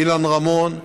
אילן רמון,